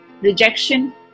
rejection